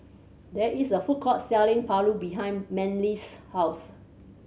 there is a food court selling paru behind Manly's house